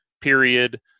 period